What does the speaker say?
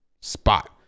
spot